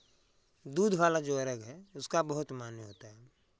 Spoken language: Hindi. दूध वाला जो अर्घ्य है उसका बहुत मान्य होता है